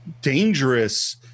dangerous